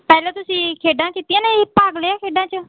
ਪਹਿਲਾਂ ਤੁਸੀਂ ਖੇਡਾਂ ਕੀਤੀਆਂ ਨੇ ਜੀ ਭਾਗ ਲਿਆ ਖੇਡਾਂ 'ਚ